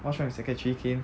what's wrong with secretary kim